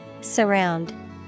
Surround